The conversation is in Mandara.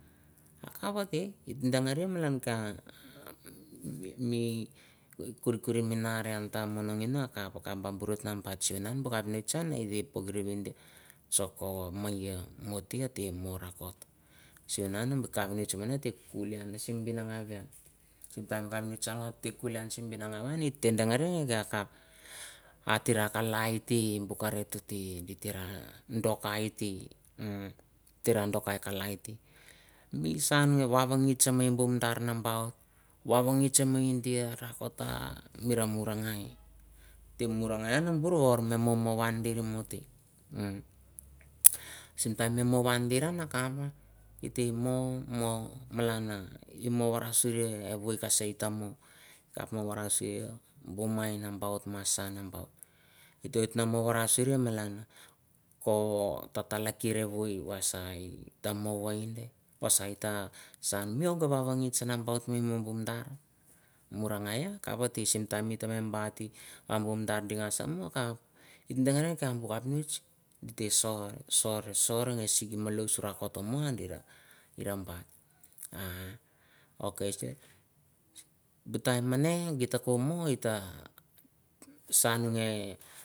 Akap et dongiri malanka mi kurikruri mi nar mi gar agap no bitch bu kapnitch na chang minoi gi mute ater mutkot lusinan mi kapnitch mine ate kuli simi bigene simtime mi kapnitch ate kulimi simi benga man ete beneri wekat ate watkalaite ate dokaiti ate dokai talaite ate dokai talai te vawangutch dia varotar rakota mi muraru nugai momo wendir mote sim time wa mioromioro vendir akap momo malanan mon alevu te kebe masa nambaunt ete mar wasuri malana tegkera viu wasai mowind mo wavancointch murai gai kap pate simti gete ngan bumuttabar bu kapintich gisor sor, sor sor &wesik malus rakot mo wa sang ge.